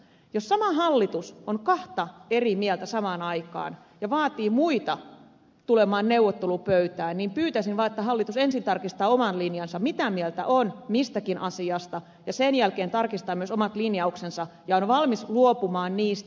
jos sama hallitus on kahta eri mieltä samaan aikaan ja vaatii muita tulemaan neuvottelupöytään niin pyytäisin vaan että hallitus ensin tarkistaa oman linjansa mitä mieltä on mistäkin asiasta ja sen jälkeen tarkistaa myös omat linjauksensa ja on valmis luopumaan niistä